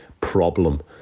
problem